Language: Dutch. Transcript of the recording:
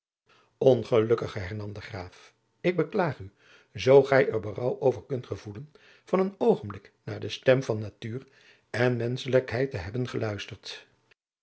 ongelukkige hernam de graaf ik beklaag u zoo gij er berouw over kunt gevoelen van een oogenblik naar de stem van natuur en menschelijkheid te hebben geluisterd